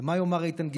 ומה יאמר איתן גינזבורג?